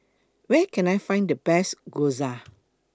Where Can I Find The Best Gyoza